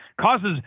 causes